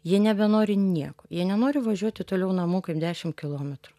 jie nebenori nieko jie nenori važiuoti toliau namų kaip dešim kilometrų